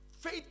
Faith